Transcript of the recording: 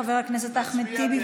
חבר הכנסת אחמד טיבי,